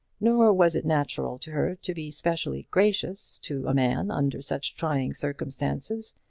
nor was it natural to her to be specially gracious to a man under such trying circumstances,